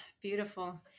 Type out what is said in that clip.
beautiful